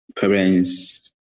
parents